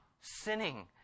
sinning